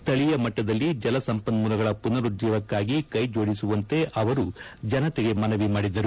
ಸ್ತಳೀಯ ಮಟ್ಟದಲ್ಲಿ ಜಲ ಸಂಪನ್ಮೂಲಗಳ ಪುನರುಜ್ಷೀವಕ್ಕಾಗಿ ಕೈಜೋಡಿಸುವಂತೆ ಅವರು ಜನತೆಗೆ ಮನವಿ ಮಾಡಿದರು